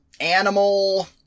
animal